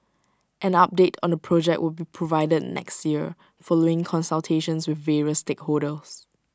an update on the project will be provided next year following consultations with various stakeholders